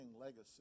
legacy